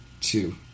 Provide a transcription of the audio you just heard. two